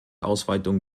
ausweitung